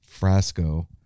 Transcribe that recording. Frasco